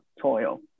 toil